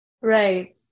Right